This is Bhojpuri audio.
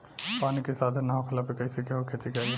पानी के साधन ना होखला पर कईसे केहू खेती करी